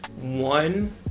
One